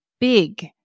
big